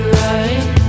right